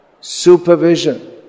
supervision